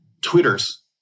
Twitter's